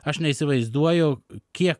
aš neįsivaizduoju kiek